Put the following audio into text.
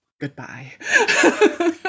goodbye